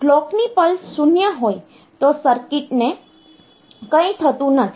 જો કલોકની પલ્સ 0 હોય તો સર્કિટને કંઈ થતું નથી